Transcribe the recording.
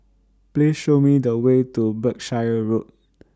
Please Show Me The Way to Berkshire Road